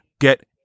get